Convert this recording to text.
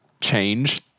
change